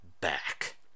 back